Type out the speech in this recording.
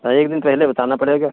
हाँ एक दिन पहले बताना पड़ेगा